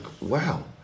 wow